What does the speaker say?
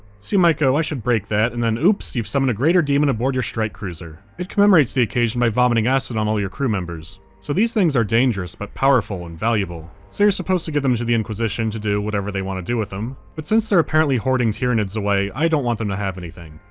so you might go i should break that, and then oops you've summoned a greater daemon aboard your strike cruiser. it commemorates the occasion by vomiting acid on all your crew members. so these things are dangerous but powerful and valuable. so you're supposed to give them to the inquisition, to do whatever they wanna do with them, but, since they're apparently hoarding tyranids away, i don't want them to have anything.